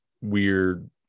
weird